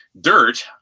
dirt